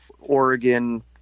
Oregon